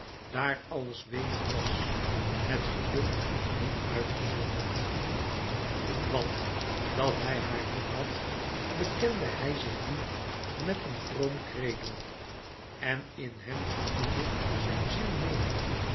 daar alles louis couperus metamorfoze weemoed was het geluk niet uitgezonderd want dàt hij haar lief had bekende hij zich nu met een vroom credo en in hem knielde zijn ziel neêr